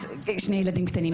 שני ילדים קטנים,